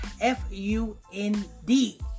F-U-N-D